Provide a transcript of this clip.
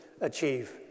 achieve